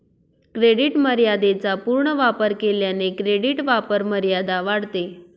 credit मर्यादेचा पूर्ण वापर केल्याने क्रेडिट वापरमर्यादा वाढते